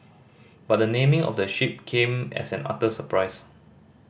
but the naming of the ship came as an utter surprise